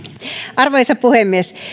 arvoisa puhemies